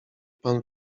pan